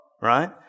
right